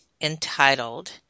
entitled